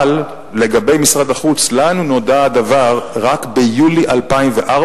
אבל לגבי משרד החוץ, לנו נודע הדבר רק ביולי 2004,